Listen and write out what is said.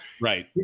Right